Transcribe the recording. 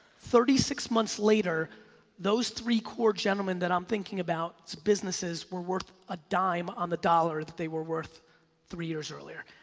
thirty six months later those three core gentlemen that i'm thinking about businesses were worth a dime on the dollar that they were worth three years earlier.